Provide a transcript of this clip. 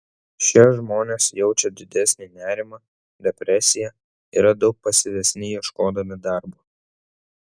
šie žmonės jaučia didesnį nerimą depresiją yra daug pasyvesni ieškodami darbo